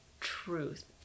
truth